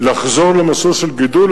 לחזור למסלול של גידול.